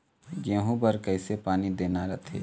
गेहूं बर कइसे पानी देना रथे?